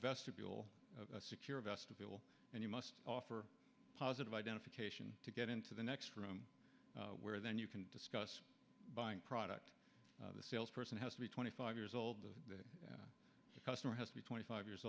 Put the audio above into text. vestibule secure a vestibule and you must offer positive identification to get into the next room where then you can discuss buying product the sales person has to be twenty five years old the customer has to be twenty five years